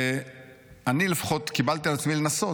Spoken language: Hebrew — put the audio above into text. ואני לפחות קיבלתי על עצמי לנסות,